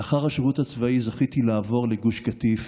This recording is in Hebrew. לאחר השירות הצבאי זכיתי לעבור לגוש קטיף